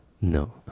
No